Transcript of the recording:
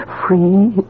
free